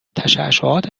تششعات